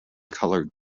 coloured